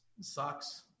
sucks